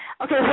Okay